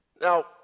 Now